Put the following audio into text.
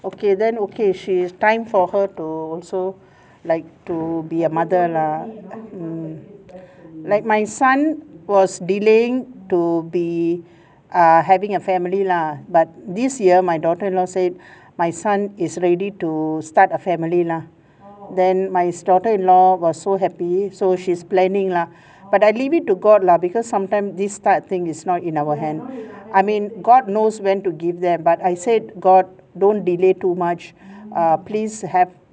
okay then okay she is time for her to also like to be a mother lah like my son was delaying to be err having a family lah but this year my daughter in law said my son is ready to start a family lah then my daughter in law was so happy so she's planning lah but I leave it to god lah because sometime this start thing is not in our hands I mean god knows when to give them but I said god don't delay too much err please have them